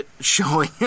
showing